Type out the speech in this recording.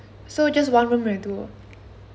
so just one room will do